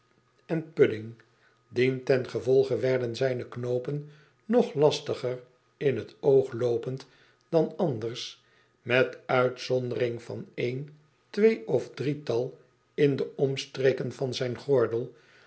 en pudding dientengevolge werden zijne knoopen nog lastiger in het oog loopend dan anders met uitzondering van een twee of drietal in de omstreken van zijn gordel